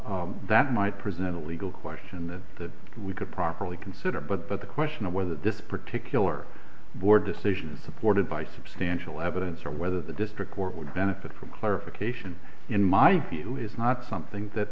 cases that might present a legal question that we could properly consider but but the question of whether this particular board decision is supported by substantial evidence or whether the district court would benefit from clarification in my view is not something that